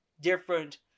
different